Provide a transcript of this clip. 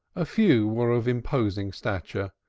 a few were of imposing stature,